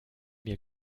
mir